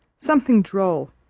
something droll,